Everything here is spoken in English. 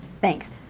Thanks